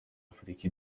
afurika